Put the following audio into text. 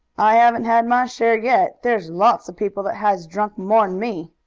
i haven't had my share yet. there's lots of people that has drunk more'n me.